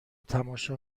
تماشا